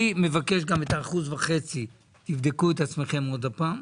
אני מבקש גם את ה-1.5%, תבדקו את עצמכם עוד פעם,